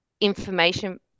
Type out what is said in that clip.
information